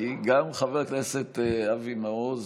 כי גם חבר הכנסת אבי מעוז,